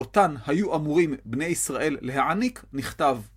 אותן היו אמורים בני ישראל להעניק בכתב.